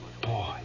Boy